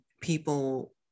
people